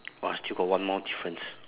!wah! still got one more difference